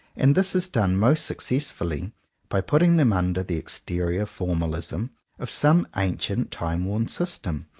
and this is done most successfully by putting them under the exterior formalism of some ancient time-worn system,